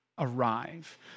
Arrive